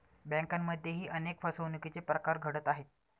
बँकांमध्येही अनेक फसवणुकीचे प्रकार घडत आहेत